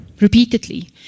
repeatedly